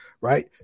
Right